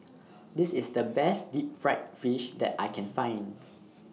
This IS The Best Deep Fried Fish that I Can Find